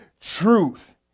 truth